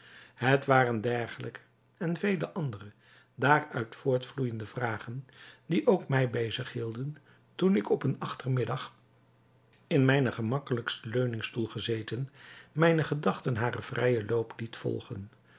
het waren dergelijke en vele andere daaruit voortvloeijende vragen die ook mij bezig hielden toen ik op een achtermiddag in mijnen gemakkelijksten leuningstoel gezeten mijne gedachten haren vrijen loop liet volgen